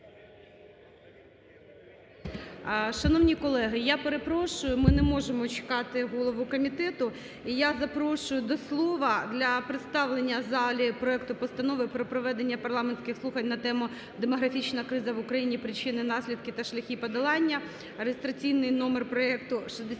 Шановні колеги, я перепрошую, ми не можемо чекати голову комітету і я запрошую до слова для представлення в залі проекту Постанови про проведення парламентських слухань на тему: "Демографічна криза в Україні: причини, наслідки та шляхи подолання" (реєстраційний номер проекту 6349),